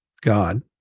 God